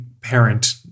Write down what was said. parent